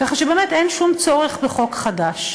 כך שבאמת אין שום צורך בחוק חדש.